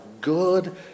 good